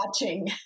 watching